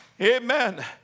Amen